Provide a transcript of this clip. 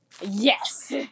Yes